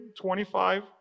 25